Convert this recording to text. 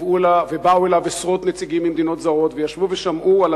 ובאו אליו עשרות נציגים ממדינות זרות וישבו ושמעו על